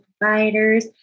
providers